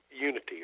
unity